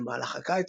במהלך הקיץ,